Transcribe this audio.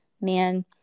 man